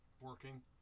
working